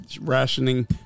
rationing